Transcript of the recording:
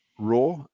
raw